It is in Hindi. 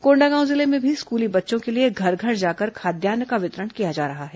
कोंडागांव जिले में भी स्कूली बच्चों के लिए घर घर जाकर खाद्यान्न का वितरण किया जा रहा है